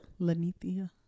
Lanithia